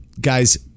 Guys